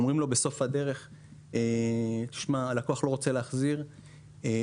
אומרים לו בסוף הדרך שהלקוח לא רוצה להחזיר את